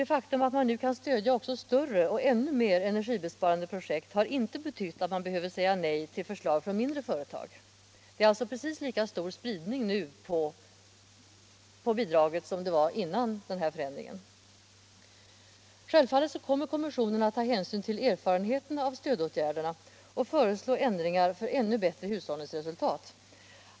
Det faktum att man nu kan stödja också större och ännu mer energibesparande projekt har inte betytt att man har behövt säga nej till förslag från mindre företag. Det är alltså precis lika stor spridning på bidraget nu som det var innan den här förändringen vidtogs. Självfallet kommer kommissionen att ta hänsyn till erfarenheterna av stödåtgärderna och föreslå ändringar för ännu bättre hushållningsresultat.